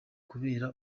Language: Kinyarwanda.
kubera